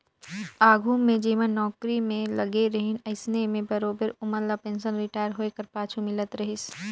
आघु जेमन नउकरी में लगे रहिन अइसे में बरोबेर ओमन ल पेंसन रिटायर होए कर पाछू मिलत रहिस